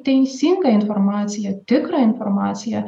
teisingą informaciją tikrą informaciją